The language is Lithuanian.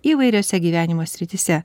įvairiose gyvenimo srityse